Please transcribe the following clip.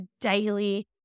daily